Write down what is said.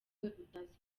utazi